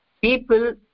people